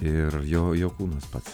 ir jo jo kūnas pats